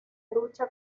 lucha